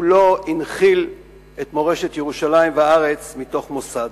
הוא לא הנחיל את מורשת ירושלים והארץ מתוך מוסד,